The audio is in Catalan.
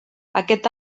aquest